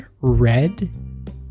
red